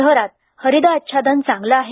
शहरात हरित आच्छादन चांगलं आहे